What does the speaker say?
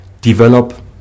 develop